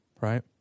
right